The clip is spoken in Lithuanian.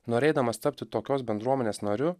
norėdamas tapti tokios bendruomenės nariu